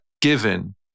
given